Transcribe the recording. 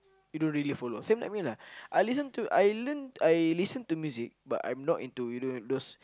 you don't really follow same like me lah I listen to I learn I listen to music but I'm not into you know those